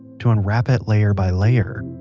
to unwrap it layer by layer.